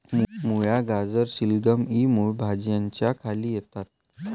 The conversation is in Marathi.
मुळा, गाजर, शलगम इ मूळ भाज्यांच्या खाली येतात